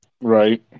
right